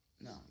No